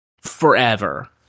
forever